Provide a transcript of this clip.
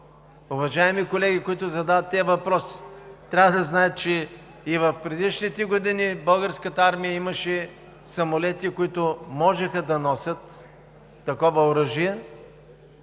Уважаемите колеги, които задават тези въпроси, трябва да знаят и че в предишните години Българската армия имаше самолети, които можеха да носят такова оръжие